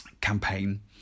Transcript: campaign